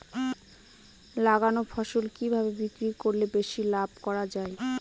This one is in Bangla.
লাগানো ফসল কিভাবে বিক্রি করলে বেশি লাভ করা যায়?